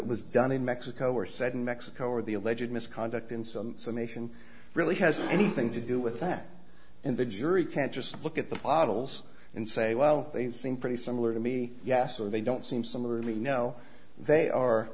was done in mexico or said in mexico or the alleged misconduct in some summation really has anything to do with that and the jury can't just look at the bottles and say well they seem pretty similar to me yeah so they don't seem similarly now they are